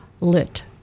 lit